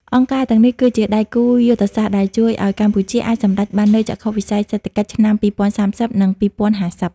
អង្គការទាំងនេះគឺជា "ដៃគូយុទ្ធសាស្ត្រ" ដែលជួយឱ្យកម្ពុជាអាចសម្រេចបាននូវចក្ខុវិស័យសេដ្ឋកិច្ចឆ្នាំ ២០៣០ និង ២០៥០។